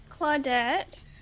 Claudette